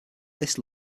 this